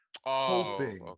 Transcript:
hoping